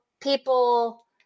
people